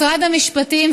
משרד המשפטים,